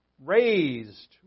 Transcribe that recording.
raised